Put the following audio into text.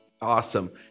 Awesome